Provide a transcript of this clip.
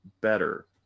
better